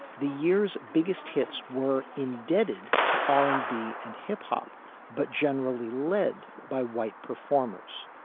the year's biggest hits were indebted to r and b and hip-hop, but generally led by white performers.